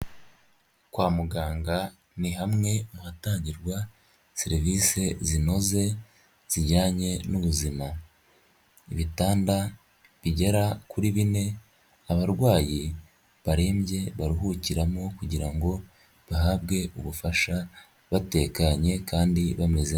Kwa muganga ni hamwe hatangirwa serivisi zinoze zijyanye n'ubuzima, ibitanda bigera kuri bine abarwayi barembye baruhukiramo kugira ngo bahabwe ubufasha batekanye kandi bameze neza.